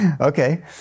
Okay